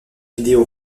vidéo